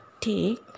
take